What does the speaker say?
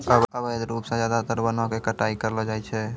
अवैध रूप सॅ ज्यादातर वनों के कटाई करलो जाय छै